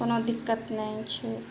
कोनो दिक्कत नहि छै